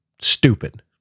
stupid